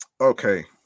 okay